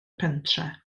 pentre